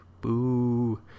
boo